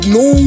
no